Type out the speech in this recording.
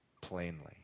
plainly